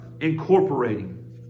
incorporating